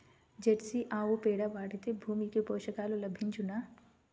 Jersey ఆవు పేడ వాడితే భూమికి పోషకాలు లభించునా?